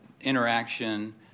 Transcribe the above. interaction